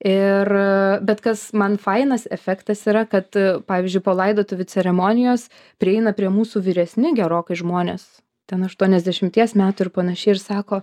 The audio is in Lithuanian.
ir bet kas man fainas efektas yra kad pavyzdžiui po laidotuvių ceremonijos prieina prie mūsų vyresni gerokai žmonės ten aštuoniasdešimties metų ir panašiai ir sako